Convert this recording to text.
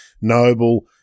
noble